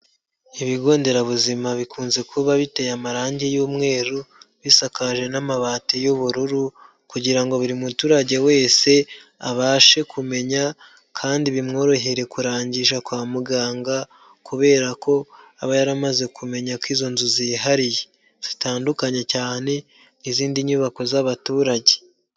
Ibigo nderabuzima bikunze kuba biteye amarangi y'umweru, bisakaje n'amabati y'ubururu kugira ngo buri muturage wese abashe kumenya kandi bimworohere kurangisha kwa muganga kubera ko aba yaramaze kumenya ko izo nzu zihariye, zitandukanye cyane n'izindi nyubako z'abaturage.